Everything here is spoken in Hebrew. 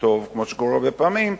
כמו שקורה הרבה פעמים,